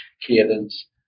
cadence